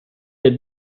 had